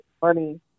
Funny